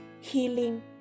healing